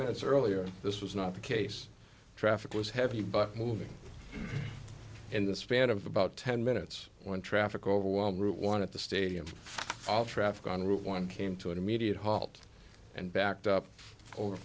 minutes earlier this was not the case traffic was heavy but moving in the span of about ten minutes when traffic overwhelmed route one of the stadiums all traffic on route one came to an immediate halt and backed up